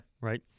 Right